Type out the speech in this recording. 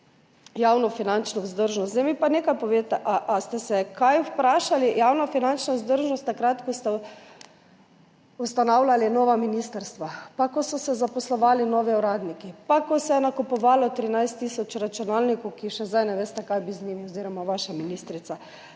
javnofinančno vzdržnost. Zdaj mi pa nekaj povejte. Ali ste se kaj vprašali o javnofinančni vzdržnosti takrat, ko ste ustanavljali nova ministrstva, pa ko so se zaposlovali novi uradniki pa ko se je nakupovalo 13 tisoč računalnikov, s katerimi še zdaj ne veste, kaj bi oziroma ne ve vaša ministrica,